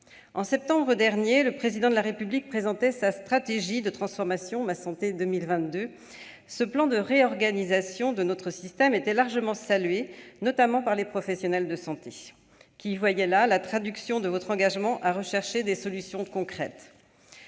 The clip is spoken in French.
En septembre dernier, le Président de la République présentait sa stratégie de transformation Ma santé 2022. Ce plan de réorganisation de notre système était largement salué, notamment par les professionnels de santé, qui y voyaient la traduction de votre engagement à rechercher des solutions concrètes.